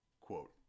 quote